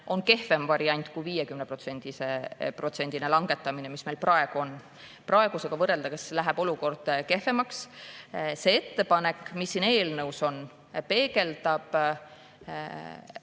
on kehvem variant kui 50%‑line langetamine, nagu meil praegu on. Praegusega võrreldes läheb olukord kehvemaks. See ettepanek, mis siin eelnõus on, peegeldab